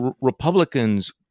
republicans